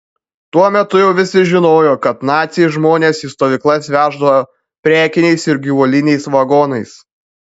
tuo metu jau visi žinojo kad naciai žmones į stovyklas veždavo prekiniais ir gyvuliniais vagonais